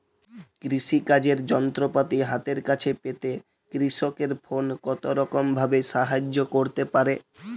কৃষিকাজের যন্ত্রপাতি হাতের কাছে পেতে কৃষকের ফোন কত রকম ভাবে সাহায্য করতে পারে?